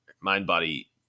mind-body